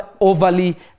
overly